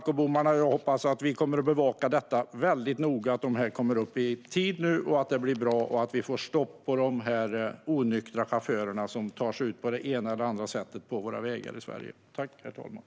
Jag hoppas att vi kommer att bevaka väldigt noga att de kommer upp i tid, att det blir bra och att vi får stopp på de onyktra chaufförerna, som tar sig ut på våra vägar i Sverige på det ena eller andra sättet.